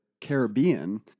Caribbean